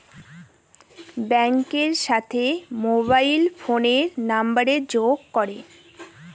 ব্যাঙ্কের সাথে মোবাইল ফোনের নাম্বারের যোগ করে